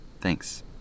Thanks